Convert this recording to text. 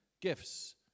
gifts